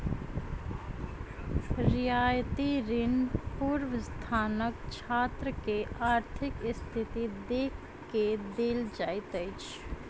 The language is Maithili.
रियायती ऋण पूर्वस्नातक छात्र के आर्थिक स्थिति देख के देल जाइत अछि